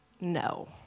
No